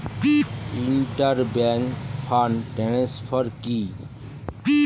Inter bank fund transfer কি?